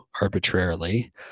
arbitrarily